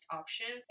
option